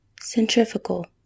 Centrifugal